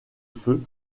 feu